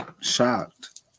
shocked